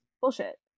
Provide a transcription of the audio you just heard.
bullshit